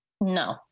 no